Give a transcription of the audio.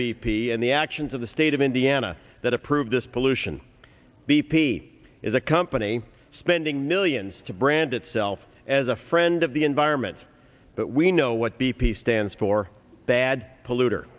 p and the actions of the state of indiana that approved this pollution b p is a company spending millions to brand itself as a friend of the environment but we know what b p stands for bad polluter the